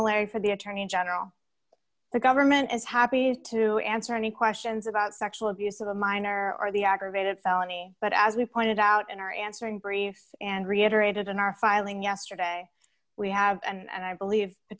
a larry for the attorney general the government is happy to answer any questions about sexual abuse of a minor or the aggravated felony but as we pointed out in our answer in briefs and reiterated in our filing yesterday we have and i believe the